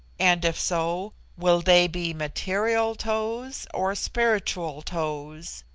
and, if so, will they be material toes or spiritual toes?